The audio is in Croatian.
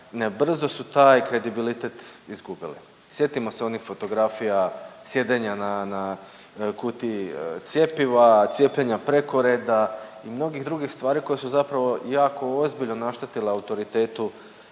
Brzo su taj kredibilitet izgubili. Sjetimo se onih fotografija sjedenja na kutiji cjepiva, cijepljenja preko reda i mnogih drugih stvari koji su zapravo jako ozbiljno naštetila autoritetu